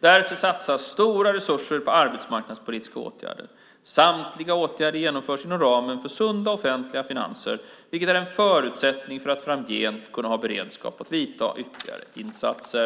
Därför satsas stora resurser på arbetsmarknadspolitiska åtgärder. Samtliga åtgärder genomförs inom ramen för sunda offentliga finanser, vilket är en förutsättning för att framgent kunna ha beredskap för att göra ytterligare insatser.